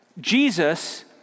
Jesus